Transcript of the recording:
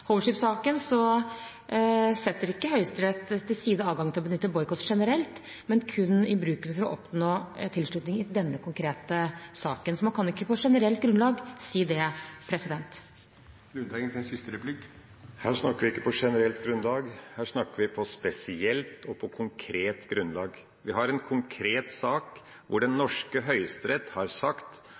setter ikke Høyesterett til side adgangen til å benytte boikott generelt, men kun i bruken for å oppnå tilslutning i denne konkrete saken. Så man kan ikke på generelt grunnlag si det. Her snakker vi ikke «på generelt grunnlag», her snakker vi på spesielt og på konkret grunnlag. Vi har en konkret sak hvor den norske Høyesterett har sagt